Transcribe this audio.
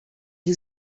who